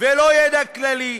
ולא ידע כללי,